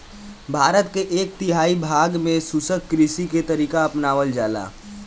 भारत के एक तिहाई भाग में शुष्क कृषि के तरीका अपनावल जाला